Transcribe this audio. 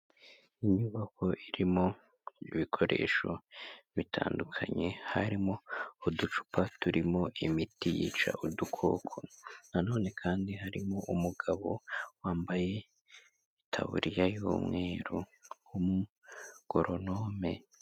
Inyubako irimo ibikoresho bitandukanye, harimo uducupa turimo imiti yica udukoko nanone kandi harimo umugabo wambaye itaburiya y'umweru w'umugoronome.